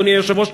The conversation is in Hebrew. אדוני היושב-ראש,